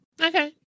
Okay